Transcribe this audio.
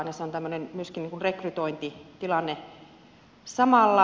se on myöskin tämmöinen rekrytointitilanne samalla